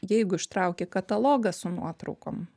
jeigu ištrauki katalogą su nuotraukom